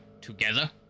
together